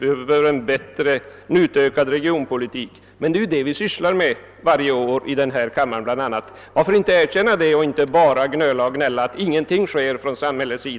Vi behöver en bättre, utökad regionpolitik — men det är ju det vi sysslar med varje år bl.a. här i kammaren. Varför inte erkänna det och inte bara gnöla och gnälla om att samhället ingenting